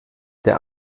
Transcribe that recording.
der